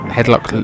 Headlock